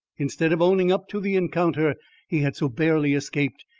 instead of owning up to the encounter he had so barely escaped,